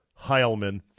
Heilman